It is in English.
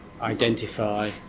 identify